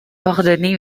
ordonné